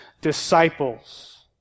disciples